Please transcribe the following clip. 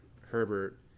Herbert